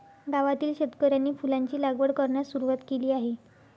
गावातील शेतकऱ्यांनी फुलांची लागवड करण्यास सुरवात केली आहे